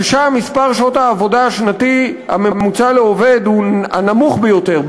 ששם מספר שעות העבודה השנתי הממוצע לעובד הוא הנמוך ביותר,